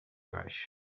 baix